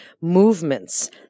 movements